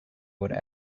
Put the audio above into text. would